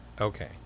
Okay